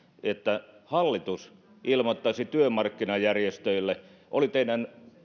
että hallitus ilmoittaisi työmarkkinajärjestöille että oli teidän